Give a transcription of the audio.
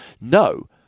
No